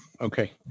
okay